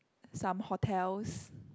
some hotels